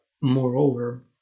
moreover